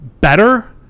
better